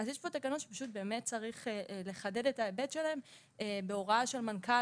יש פה תקנות שצריך לחדד את ההיבט שלהן בהוראה של מנכ"ל,